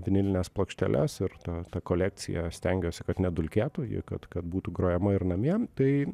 vinilines plokšteles ir ta kolekcija stengiuosi kad nedulkėtų ji kad kad būtų grojama ir namie tai